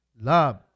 Love